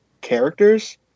characters